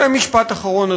ומשפט אחרון,